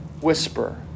whisper